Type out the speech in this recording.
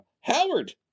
howard